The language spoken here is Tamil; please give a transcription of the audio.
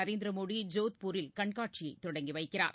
நரேந்திர மோடி ஜோத்பூரில் கண்காட்சியை தொடங்கி வைக்கிறார்